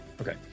Okay